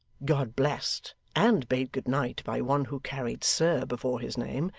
god-blessed, and bade good night by one who carried sir before his name,